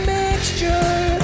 mixture